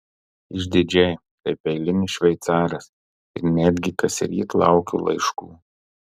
išdidžiai kaip eilinis šveicaras ir netgi kasryt laukiu laiškų